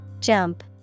Jump